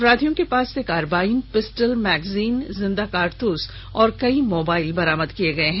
अपराधियों के पास से कारबाइन पिस्टल मैगजीन जिन्दा कारतूस और कई मोबाइल बरामद किया गया है